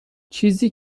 چیزی